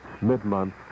mid-month